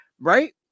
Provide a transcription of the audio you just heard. right